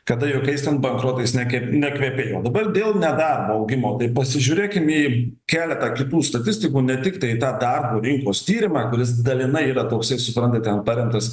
kada jokiais bankrotais neke nekvepėjo dabar dėl nedarbo augimo tai pasižiūrėkim į keletą kitų statistikų ne tiktai į tą darbo rinkos tyrimą kuris dalinai yra toksai suprantat ten paremtas